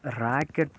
rocket